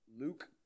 Luke